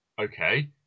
Okay